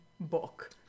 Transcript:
book